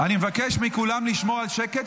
אני מבקש מכולם לשמור על שקט,